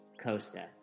Costa